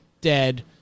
dead